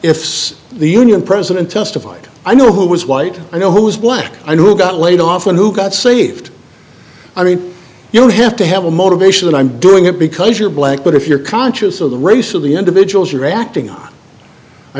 if the union president testified i know who was white i know who was black and who got laid off and who got saved i mean you don't have to have a motivation and i'm doing it because you're black but if you're conscious of the race of the individuals you're acting